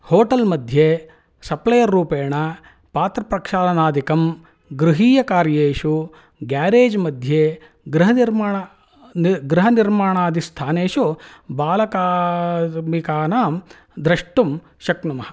hotel मध्ये supplier रूपेण पात्रप्रक्षालनादिकं गृहीयकार्येषु गेरेज् मध्ये गृहनिर्माण गृहनिर्माणादिस्थानेषु बालकार्मिकाणां द्रष्टुं शक्नुमः